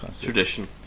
tradition